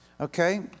Okay